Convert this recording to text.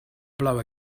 blow